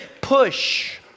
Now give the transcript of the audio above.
push